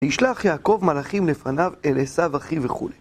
וישלח יעקב מלאכים לפניו אל עשיו אחי וכו'.